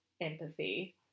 empathy